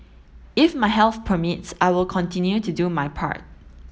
if my health permits I will continue to do my part